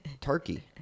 Turkey